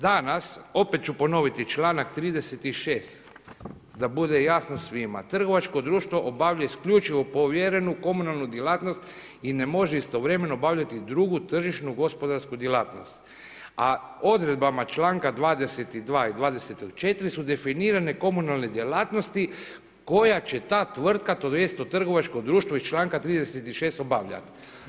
Danas, opet ću ponoviti članak 36. da bude jasno svima „trgovačko društvo obavlja isključivo povjerenu komunalnu djelatnost i ne može istovremeno obavljati drugu tržišnu gospodarsku djelatnost“, a odredbama članka 22. i 24. su definirane komunalne djelatnosti koja će ta tvrtka tj. to trgovačko društvo iz članka 36. obavljat.